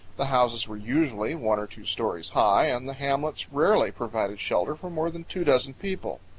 the houses were usually one or two stories high and the hamlets rarely provided shelter for more than two dozen people.